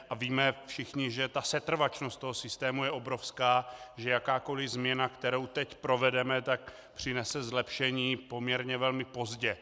A víme všichni, že setrvačnost toho systému je obrovská, že jakákoliv změna, kterou teď provedeme, přinese zlepšení poměrně velmi pozdě.